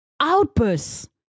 Outbursts